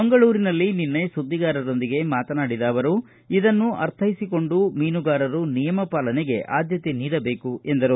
ಮಂಗಳೂರಿನಲ್ಲಿ ನಿನ್ನೆ ಸುದ್ದಿಗಾರರೊಂದಿಗೆ ಮಾತನಾಡಿದ ಅವರು ಇದನ್ನು ಅರ್ಥೈಸಿಕೊಂಡು ಮೀನುಗಾರರು ನಿಯಮ ಪಾಲನೆಗೆ ಆದ್ಯತೆ ನೀಡಬೇಕು ಎಂದರು